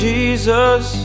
Jesus